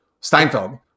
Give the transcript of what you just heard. Steinfeld